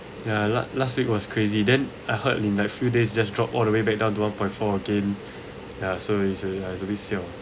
ya la~ last week was crazy then I heard in that few days just drop all the way back down to one point four again ya so it's a it's a bit siao ah